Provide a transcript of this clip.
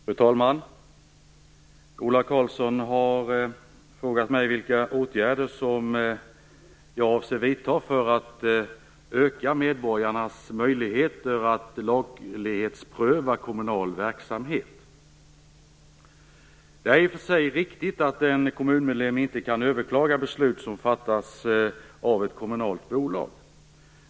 Fru talman! Ola Karlsson har frågat mig vilka åtgärder jag avser att vidta för att öka medborgarnas möjligheter att laglighetspröva kommunal verksamhet. Det är i och för sig riktigt att en kommunmedlem inte kan överklaga beslut som fattas av ett kommunalt bolag.